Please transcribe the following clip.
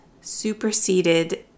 superseded